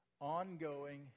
ongoing